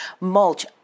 mulch